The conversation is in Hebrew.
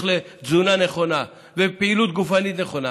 לתזונה נכונה ולפעילות גופנית נכונה,